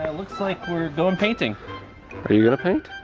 and looks like we're going painting are you gonna paint?